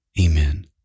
amen